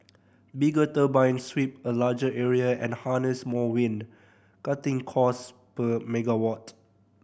bigger turbines sweep a larger area and harness more wind cutting cost per megawatt